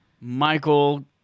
Michael